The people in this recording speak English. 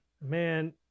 man